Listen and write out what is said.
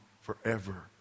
forever